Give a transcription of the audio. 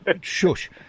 Shush